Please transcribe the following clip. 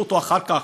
שישאלו אותו אחר כך,